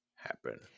happen